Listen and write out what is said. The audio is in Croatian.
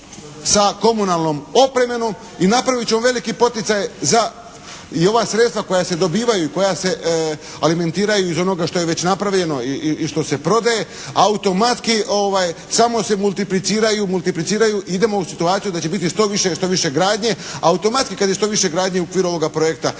sa komunalnom opremom i napravit ćemo velike poticaj za i ova sredstva koja se dobivaju i koja se alimentiraju iz onoga što je već napravljeno i što se prodaje automatski samo se multipliciraju, multipliciraju i idemo u situaciju da će biti što više, što više gradnje. Automatski kad je što više gradnje u okviru ovoga projekta,